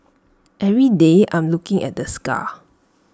every day I'm looking at the scar